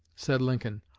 said lincoln,